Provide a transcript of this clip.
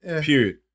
Period